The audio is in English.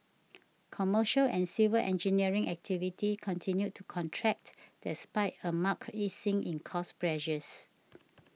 commercial and civil engineering activity continued to contract despite a marked easing in cost pressures